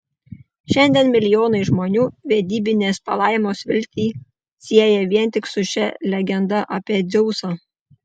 šiandien milijonai žmonių vedybinės palaimos viltį sieja vien tik su šia legenda apie dzeusą